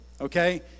okay